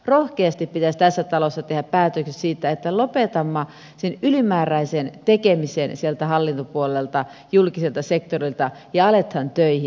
rohkeasti pitäisi tässä talossa tehdä päätökset siitä että lopetamme sen ylimääräisen tekemisen sieltä hallintopuolelta julkiselta sektorilta ja aletaan töihin